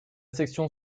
section